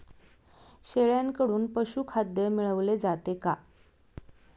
शेळ्यांकडून पशुखाद्य मिळवले जाते का?